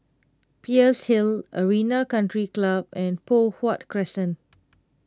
Peirce Hill Arena Country Club and Poh Huat Crescent